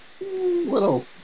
little